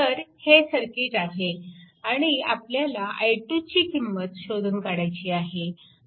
तर हे सर्किट आहे आणि आपल्याला i2 ची किंमत शोधून काढायची आहे